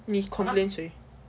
你 complain 谁